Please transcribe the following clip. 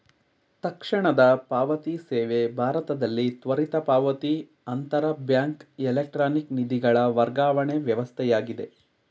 ತಕ್ಷಣದ ಪಾವತಿ ಸೇವೆ ಭಾರತದಲ್ಲಿ ತ್ವರಿತ ಪಾವತಿ ಅಂತರ ಬ್ಯಾಂಕ್ ಎಲೆಕ್ಟ್ರಾನಿಕ್ ನಿಧಿಗಳ ವರ್ಗಾವಣೆ ವ್ಯವಸ್ಥೆಯಾಗಿದೆ